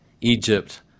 Egypt